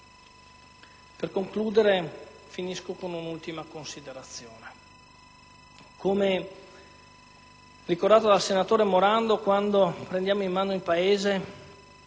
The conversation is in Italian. Per concludere un'ultima considerazione: come ricordato dal senatore Morando, quando prendiamo in mano il Paese